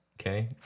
Okay